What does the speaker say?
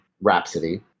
Rhapsody